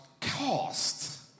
cost